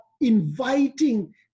inviting